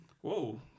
Whoa